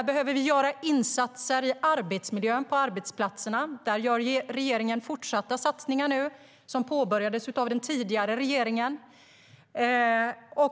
Vi behöver göra insatser i arbetsmiljön på arbetsplatserna. Regeringen gör nu fortsatta satsningar på det som påbörjades av den tidigare regeringen.